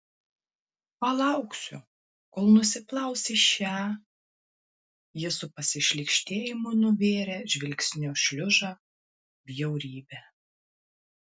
palauksiu kol nusiplausi šią jis su pasišlykštėjimu nuvėrė žvilgsniu šliužą bjaurybę